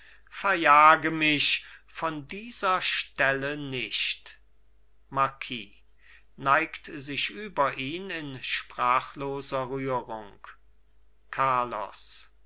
verjage mich von dieser stelle nicht marquis neigt sich über ihn in sprachloser rührung carlos